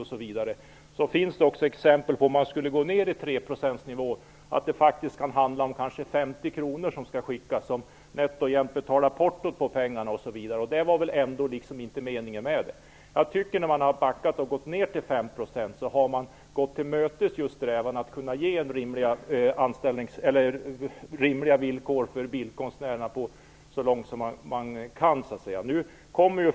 Om man går till ner till en 3-procentig nivå kan det komma att handla om att man skall skicka ut 50 kr, och det täcker nätt och jämt portokostnaden. Det var väl ändå inte meningen med det hela. När man nu har backat och gått ner till 5 % har man tillmötesgått önskemålet att ge rimliga villkor för bildkonstnärerna så långt som det har varit möjligt.